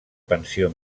pensió